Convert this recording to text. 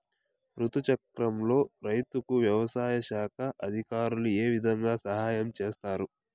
రుతు చక్రంలో రైతుకు వ్యవసాయ శాఖ అధికారులు ఏ విధంగా సహాయం చేస్తారు?